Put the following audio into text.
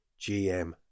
GM